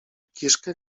kiszkę